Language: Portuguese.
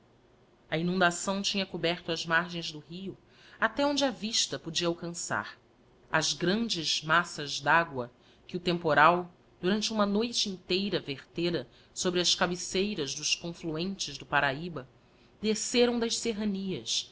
a inundação tinha coberto as margens do rio até onde a vista podia alcançar as grandes massas d'agua digiti zedby google v que o temj oral durante uma noite inteira vertera sobre as cabeceiras dos confluentes do parahyba desceram das